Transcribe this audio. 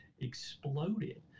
exploded